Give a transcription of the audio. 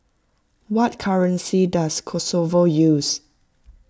what currency does Kosovo use